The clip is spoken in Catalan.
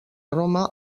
roma